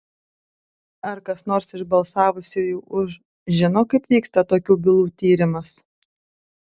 ar kas nors iš balsavusiųjų už žino kaip vyksta tokių bylų tyrimas